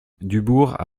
dubourg